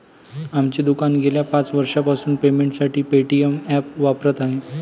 आमचे दुकान गेल्या पाच वर्षांपासून पेमेंटसाठी पेटीएम ॲप वापरत आहे